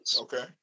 Okay